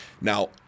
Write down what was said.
now